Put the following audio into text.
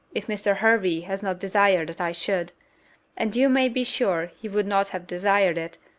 if mr. hervey had not desired that i should and you maybe sure he would not have desired it,